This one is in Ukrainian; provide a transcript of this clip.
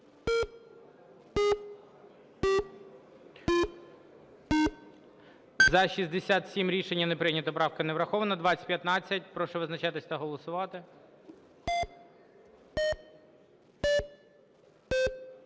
За-67 Рішення не прийнято. Правка не врахована. 2015. Прошу визначатись та голосувати.